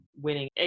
winning